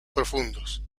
profundos